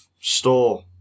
store